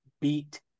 beat